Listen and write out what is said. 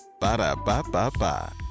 Ba-da-ba-ba-ba